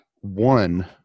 one